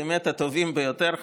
באמת הטובים ביותר,